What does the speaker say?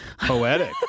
Poetic